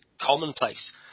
commonplace